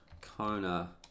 Kona